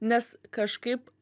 nes kažkaip